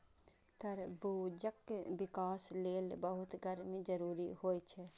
तरबूजक विकास लेल बहुत गर्मी जरूरी होइ छै